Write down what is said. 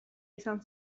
izan